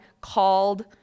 called